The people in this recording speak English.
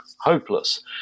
hopeless